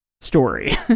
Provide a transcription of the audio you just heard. story